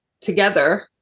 together